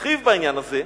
נרחיב בעניין הזה.